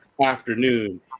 afternoon